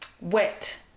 wet